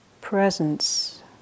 presence